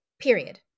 period